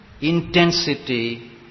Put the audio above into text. intensity